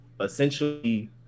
essentially